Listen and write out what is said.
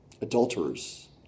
Adulterers